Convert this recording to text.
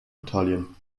italien